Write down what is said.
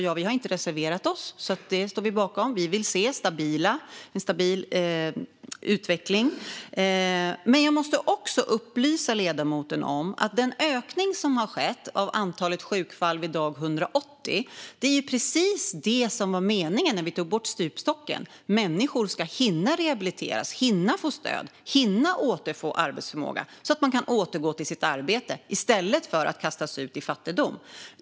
Vi har inte reserverat oss i den frågan. Vi står alltså bakom målet, och vi vill se en stabil utveckling. Men jag måste också upplysa ledamoten om att den ökning som skedde av antalet sjukfall vid dag 180 var meningen när stupstocken togs bort. Människor ska hinna rehabiliteras, hinna få stöd, hinna återfå arbetsförmåga, så att de kan återgå till sitt arbete i stället för att kastas ut i fattigdom.